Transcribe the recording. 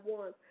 one